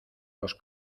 los